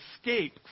escape